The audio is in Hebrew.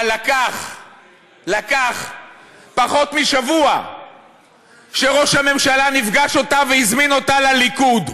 אבל לקח פחות משבוע עד שראש הממשלה נפגש אתה והזמין אותה לליכוד.